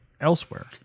elsewhere